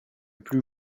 plus